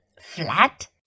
Flat